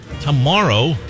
Tomorrow